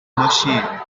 machine